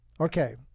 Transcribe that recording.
Okay